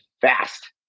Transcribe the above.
fast